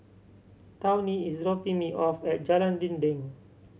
Tawny is dropping me off at Jalan Dinding